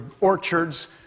orchards